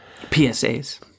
PSAs